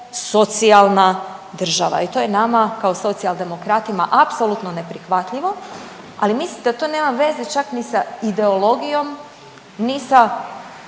socijalna država i to je nama kao Socijaldemokratima apsolutno neprihvatljivo, ali mislim da to nema veze čak ni sa ideologijom, ni sa